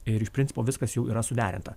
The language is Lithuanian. ir iš principo viskas jau yra suderinta